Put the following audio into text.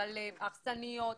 או אכסניות.